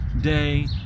day